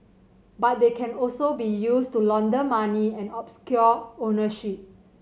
but they can also be used to launder money and obscure ownership